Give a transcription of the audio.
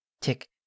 tick